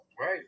right